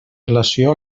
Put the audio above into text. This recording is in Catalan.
relació